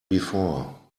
before